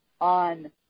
on